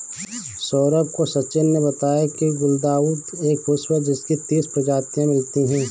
सौरभ को सचिन ने बताया की गुलदाउदी एक पुष्प है जिसकी तीस प्रजातियां मिलती है